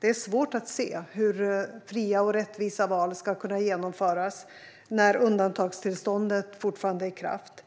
Det är svårt att se hur fria och rättvisa val ska kunna genomföras när undantagstillståndet fortfarande är i kraft.